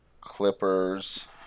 Clippers